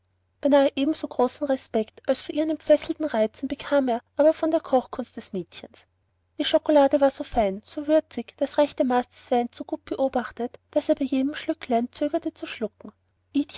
beinahe ebenso großen respekt als vor ihren entfesselten reizen bekam er aber vor der kochkunst des mädchens die schokolade war so fein so würzig das rechte maß des weines so gut beobachtet daß er bei jedem schlückchen zögerte zu schlucken